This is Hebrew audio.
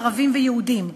ערבים ויהודים.